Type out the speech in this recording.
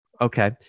Okay